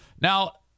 Now